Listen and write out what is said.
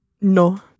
no